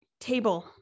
table